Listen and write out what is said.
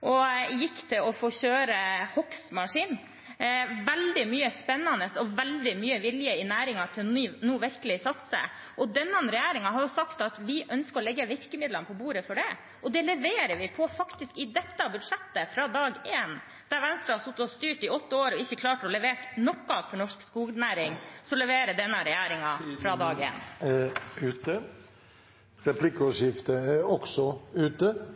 gikk til skognæringen, der jeg fikk kjøre hogstmaskin. Det er veldig mye spennende og veldig mye vilje i næringen nå til virkelig å satse. Denne regjeringen har sagt at vi ønsker å legge virkemidlene på bordet for det, og det leverer vi på i dette budsjettet fra dag én. Der Venstre har sittet og styrt i åtte år og ikke klart å levere noe for norsk skognæring, leverer denne regjeringen fra dag én. Replikkordskiftet er